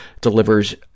delivers